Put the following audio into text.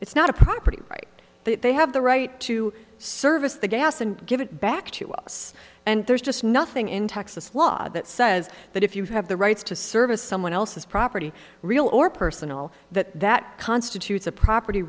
it's not a property right that they have the right to service the gas and give it back to us and there's just nothing in texas law that says that if you have the rights to service someone else's property real or personal that that constitutes a property